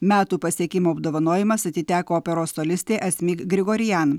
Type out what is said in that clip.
metų pasiekimo apdovanojimas atiteko operos solistei asmik grigorian